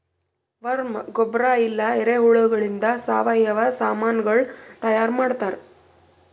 worm ಗೊಬ್ಬರ ಇಲ್ಲಾ ಎರೆಹುಳಗೊಳಿಂದ್ ಸಾವಯವ ಸಾಮನಗೊಳ್ ತೈಯಾರ್ ಮಾಡ್ತಾರ್